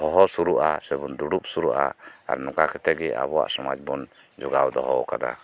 ᱦᱚᱦᱚ ᱥᱩᱨᱩᱜᱼᱟ ᱥᱮᱵᱚᱱ ᱫᱩᱲᱩᱵ ᱥᱩᱨᱩᱜᱼᱟ ᱟᱨ ᱱᱚᱠᱟ ᱠᱟᱛᱮ ᱜᱮ ᱟᱵᱚᱭᱟᱜ ᱥᱚᱢᱟᱡ ᱵᱚᱱ ᱡᱚᱜᱟᱣ ᱫᱚᱦᱚ ᱟᱠᱟᱫᱟ